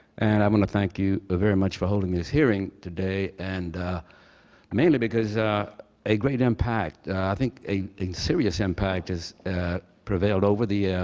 and i want to thank you ah very much for holding this hearing today, today, and mainly because a great impact i think a serious impact has prevailed over the yeah